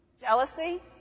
Jealousy